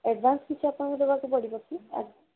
advance କିଛି ଆପଣଙ୍କୁ ଦେବାକୁ ପଡ଼ିବ କି